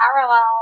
parallel